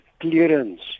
clearance